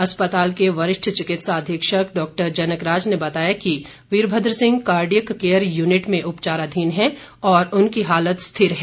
अस्पताल के वरिष्ठ चिकित्सा अधीक्षक डॉक्टर जनकराज ने बताया कि Virbhadra Singh cardiac care unit में उपचाराधीन हैं और उनकी हालत स्थिर है